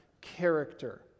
character